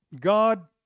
God